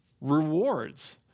rewards